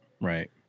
right